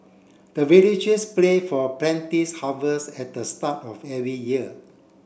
the villagers pray for harvest at the start of every year